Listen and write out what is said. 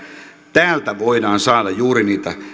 täältä voidaan saada juuri niitä